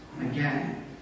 again